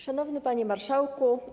Szanowny Panie Marszałku!